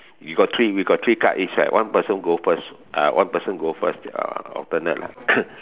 you got three we got three card each right one person go first uh one person go first uh alternate lah